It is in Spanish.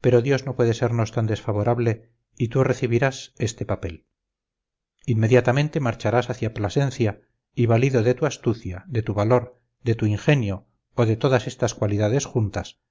pero dios no puede sernos tan desfavorable y tú recibirás este papel inmediatamente marcharás hacia plasencia y valido de tu astucia de tu valor de tu ingenio o de todas estas cualidades juntas